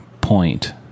point